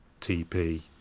TP